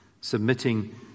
submitting